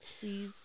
Please